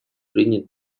принят